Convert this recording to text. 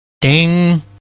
ding